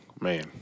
man